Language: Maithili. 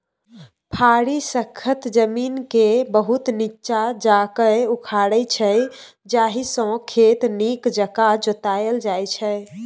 फारी सक्खत जमीनकेँ बहुत नीच्चाँ जाकए उखारै छै जाहिसँ खेत नीक जकाँ जोताएल जाइ छै